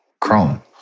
Chrome